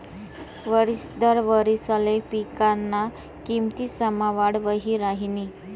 वरिस दर वारिसले पिकना किमतीसमा वाढ वही राहिनी